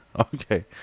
okay